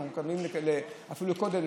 אנחנו מתכוונים אפילו קודם,